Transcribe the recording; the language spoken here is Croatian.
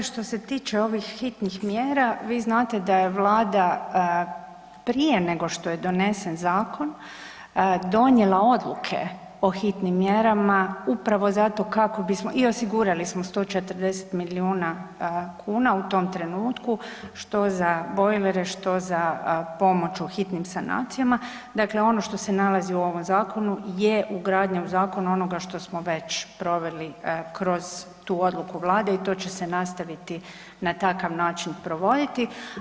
Što se tiče ovih hitnih mjera, vi znate da je Vlada prije nego što je donesen zakon donijela odluke o hitnim mjerama upravo zato kako bismo i osigurali smo 140 milijuna kuna u tom trenutku, što za bojlere, što za pomoć u hitnim sanacijama, dakle ono što se nalazi u ovom zakonu je ugradnja u zakon onoga što smo već proveli kroz tu odluku Vlade i to će se nastaviti na takav način provoditi.